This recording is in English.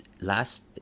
last